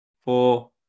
four